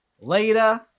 later